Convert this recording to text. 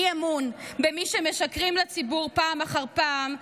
אי-אמון במי שמשקרים לציבור פעם אחר פעם,